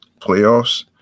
playoffs